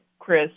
Chris